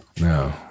No